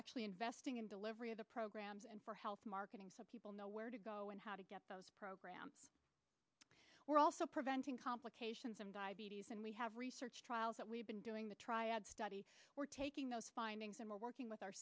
actually investing in delivery of the programs and for health marketing so people know where to go and how to get those programs we're also preventing complications from diabetes and we have research trials that we've been doing the triad study we're taking those findings and we're working with our